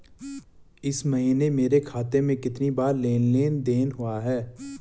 इस महीने मेरे खाते में कितनी बार लेन लेन देन हुआ है?